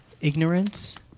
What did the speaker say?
ignorance